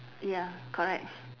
ya correct